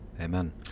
amen